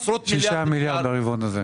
שישה מיליארד ברבעון הזה.